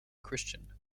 christian